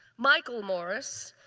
michael morris.